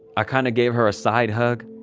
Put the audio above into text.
i kind of gave her a side hug,